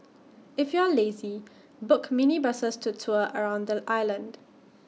if you are lazy book minibuses to tour around the island